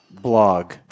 blog